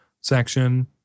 section